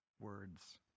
words